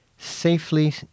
Safely